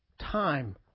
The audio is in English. time